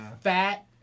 fat